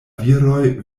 viroj